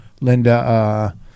Linda